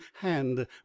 hand